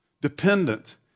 dependent